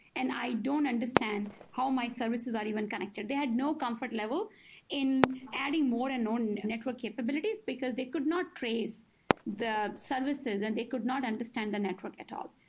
and i don't understand how my services are even connected. they had no comfort level in adding more unknown network capabilities, because they could not trace the services and they could not understand the network at all.